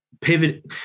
pivot